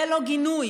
זה לא גינוי.